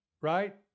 right